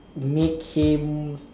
make him